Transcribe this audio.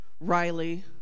Riley